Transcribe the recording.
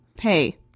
Hey